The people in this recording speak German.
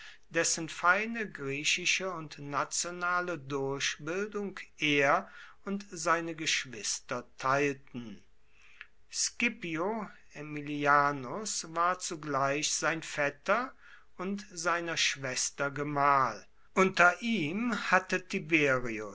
dessen feine griechische und nationale durchbildung er und seine geschwister teilten scipio aemilianus war zugleich sein vetter und seiner schwester gemahl unter ihm hatte